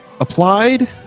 applied